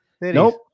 Nope